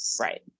Right